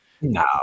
No